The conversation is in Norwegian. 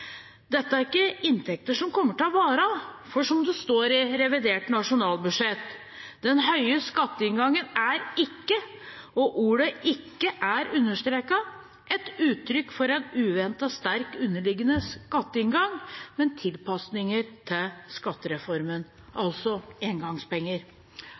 Dette er ikke inntekter som kommer til å vare. For som det står i revidert nasjonalbudsjett: «Den høye skatteinngangen er ikke et uttrykk for uventet sterk underliggende skattevekst», men «tilpasningene til skattereformen»